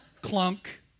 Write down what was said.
Clunk